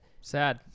Sad